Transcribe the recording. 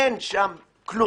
אין שם כלום.